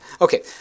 Okay